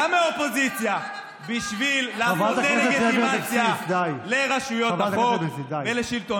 היא ממשלה שהעבירה תקציב אחרי שלוש וחצי שנים.